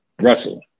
Russell